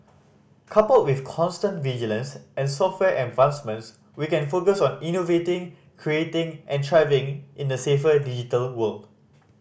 coupled with constant vigilance and software advancements we can focus on innovating creating and thriving in a safer digital world